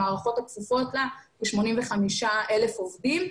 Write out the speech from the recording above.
המערכות הכפופות לה זה 85,000 עובדים.